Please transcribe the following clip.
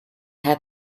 had